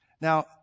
Now